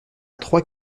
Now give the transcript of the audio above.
trois